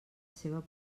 seva